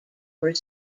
were